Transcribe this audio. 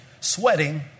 sweating